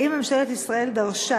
1. האם ממשלת ישראל דרשה